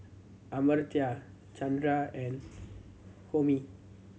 Amartya Chandra and Homi